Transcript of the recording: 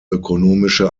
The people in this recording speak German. ökonomische